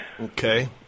Okay